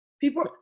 People